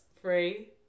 three